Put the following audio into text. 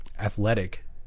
athletic